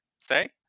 say